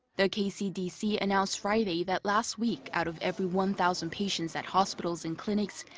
the kcdc announced friday that last week, out of every one thousand patients at hospitals and clinics.